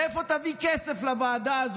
מאיפה תביא כסף לוועדה הזאת?